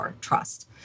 trust